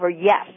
Yes